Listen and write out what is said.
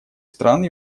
стран